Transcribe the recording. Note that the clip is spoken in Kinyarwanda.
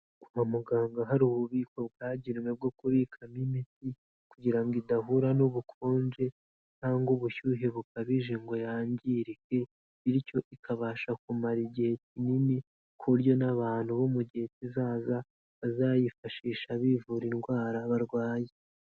Kwa muganga hari ububiko bwagennewe bwo kubikamo imiti kugira ngo idahura n'ubukonje cyangwa ubushyuhe bukabije ngo yangirike, bityo ikabasha kumara igihe kinini, ku buryo n'abantu bo mu gihe kizaza bazayifashisha bivura indwara barwaye.